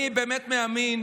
אני באמת מאמין